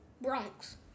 Bronx